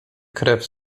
krew